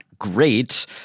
Great